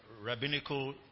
rabbinical